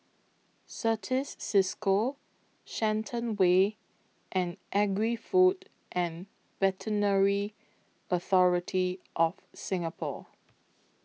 Certis CISCO Shenton Way and Agri Food and Veterinary Authority of Singapore